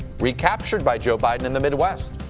recaptured by joe biden in the midwest.